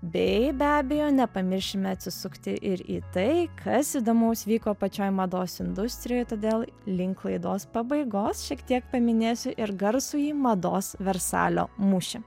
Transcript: bei be abejo nepamiršime atsisukti ir į tai kas įdomaus vyko pačioj mados industrijoj todėl link laidos pabaigos šiek tiek paminėsiu ir garsųjį mados versalio mūšį